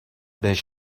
بهش